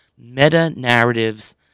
meta-narratives